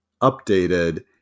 updated